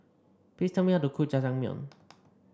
please tell me how to cook Jajangmyeon